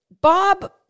Bob